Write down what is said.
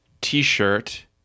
t-shirt